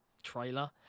Trailer